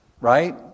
right